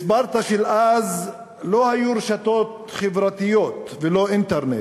בספרטה של אז לא היו רשתות חברתיות ולא אינטרנט,